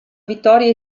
vittoria